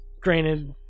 Granted